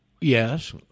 Yes